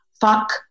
Fuck